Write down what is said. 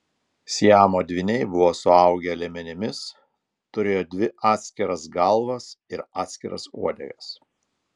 siamo dvyniai buvo suaugę liemenimis turėjo dvi atskiras galvas ir atskiras uodegas